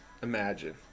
Imagine